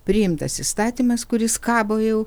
priimtas įstatymas kuris kabo jau